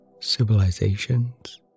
civilizations